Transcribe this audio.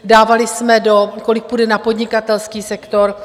Dávali jsme, kolik půjde na podnikatelský sektor.